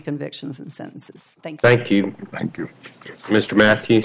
convictions sentences thank thank you thank you mr ma